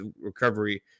recovery